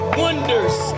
wonders